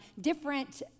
different